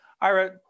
Ira